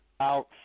out